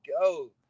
go